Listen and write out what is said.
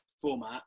format